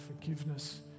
forgiveness